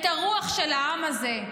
את הרוח של העם הזה,